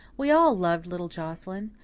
we all loved little joscelyn.